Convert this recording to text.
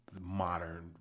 modern